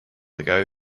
ago